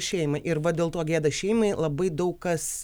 šeimai ir va dėl to gėda šeimai labai daug kas